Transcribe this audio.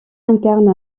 incarne